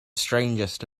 strangest